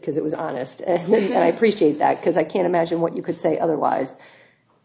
because it was honest and i preach it that because i can't imagine what you could say otherwise